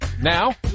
Now